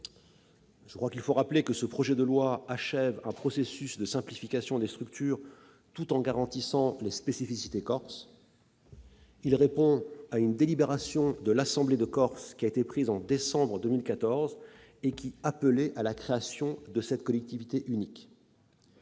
les convaincre. Je rappelle que le texte achève un processus de simplification des structures, tout en garantissant les spécificités corses. Il répond à une délibération de l'Assemblée de Corse prise en décembre 2014, qui appelait à la création de la collectivité unique.